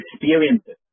experiences